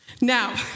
Now